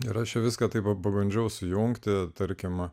ir aš viską taip pabandžiau sujungti tarkime